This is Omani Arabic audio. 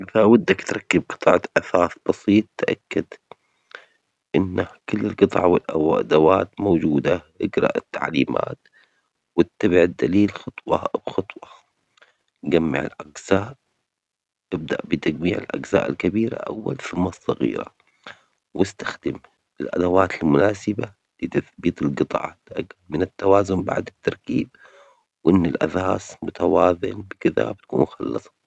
إنت ودك تركب جطعة أثاث بسيط ،تأكد إنه كل الجطع والأدوات موجودة، إجرأ التعليمات وإتبع الدليل خطوة او خطوة ،جمع الاجزاء، إبدأ بتجميع الاجزاء الكبيرة اول ثم الصغيرة واستخدم الأدوات المناسبة لتثبيت الجطع من التوازن بعد التركيب وإن الاثاث متوازن كذا بتكون خلصت. عشان عدد كبير من الكتب، أولاً رتبيها حسب النوع مثل الروايات، الكتب العلمية أو التاريخ. بعدين ممكن ترتبيها بالحجم أو اللون حسب اللي تفضيه. وممكن ترتبيها على رفوف أو في صناديق جميلة. وإذا في كتب ما تحتاجينها، ممكن تتبرعين بها أو تبيعينها.